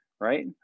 right